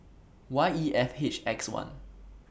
Y E F H X one